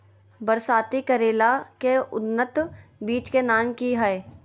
बरसाती करेला के उन्नत बिज के नाम की हैय?